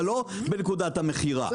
אבל לא בנקודת המכירה,